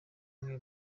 bamwe